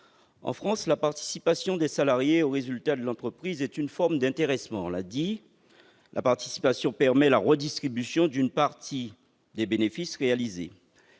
en France, la participation des salariés aux résultats de l'entreprise est une forme d'intéressement. Cette participation permet la redistribution d'une partie des bénéfices réalisés.